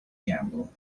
gamble